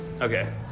okay